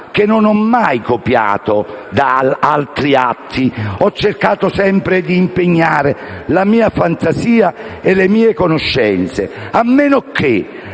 Non ho mai copiato da altri atti e ho cercato sempre di impegnare la mia fantasia e le mie conoscenze, a meno che